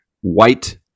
white